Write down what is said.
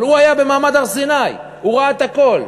אבל הוא היה במעמד הר-סיני, הוא ראה הכול.